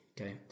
Okay